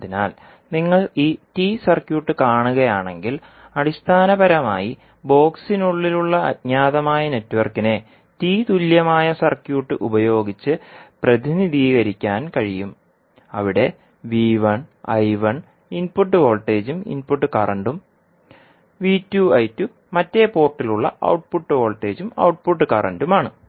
അതിനാൽ നിങ്ങൾ ഈ T സർക്യൂട്ട് കാണുകയാണെങ്കിൽ അടിസ്ഥാനപരമായി ബോക്സിനുള്ളിലുള്ള അജ്ഞാതമായ നെറ്റ്വർക്കിനെ T തുല്യമായ സർക്യൂട്ട് ഉപയോഗിച്ച് പ്രതിനിധീകരിക്കാൻ കഴിയും അവിടെ V1 I1 ഇൻപുട്ട് വോൾട്ടേജും ഇൻപുട്ട് കറന്റും V2 I2 മറ്റേ പോർട്ടിൽ ഉളള ഔട്ട്പുട്ട് വോൾട്ടേജും ഔട്ട്പുട്ട് കറന്റും ആണ്